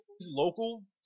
local